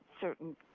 certain